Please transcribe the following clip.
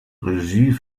regie